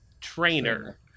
Trainer